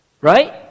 Right